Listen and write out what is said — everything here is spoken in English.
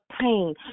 pain